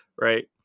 right